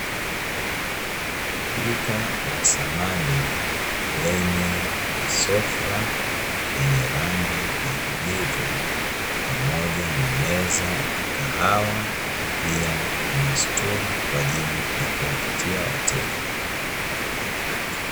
Duka la samani lenye masofa yenye rangi ya kijivu, pamoja na meza ya kahawa, pia kuna stuli kwa ajili ya kuwavutia wateja.